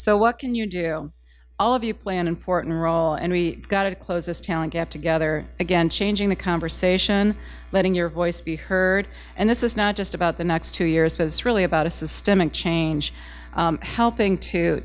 so what can you do all of you play an important role and we got to close this talent gap together again changing the conversation letting your voice be heard and this is not just about the next two years but it's really about a systemic change helping to